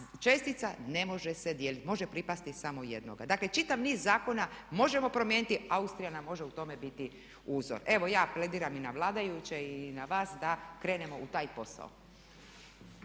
čestica ne može se dijeliti. Može pripasti samo jednoga. Dakle, čitav niz zakona možemo promijeniti. Austrija nam može u tome biti uzor. Evo ja plediram i na vladajuće i na vas da krenemo u taj posao.